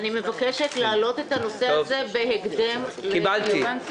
אני מבקשת להעלות את הנושא הזה בהקדם לדיון.